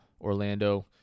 Orlando